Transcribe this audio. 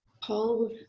Paul